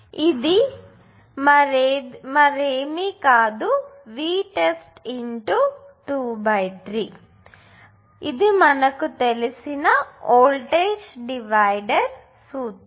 ఇది మరేమీ కాదు మనకి బాగా తెలిసిన వోల్టేజ్ డివైడర్ సూత్రం